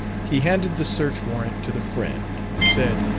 he handed the search-warrant to the friend, and said,